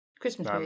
Christmas